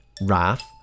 wrath